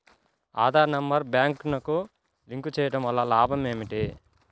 Aadhaar number బ్యాంక్నకు link చేయుటవల్ల లాభం ఏమిటి?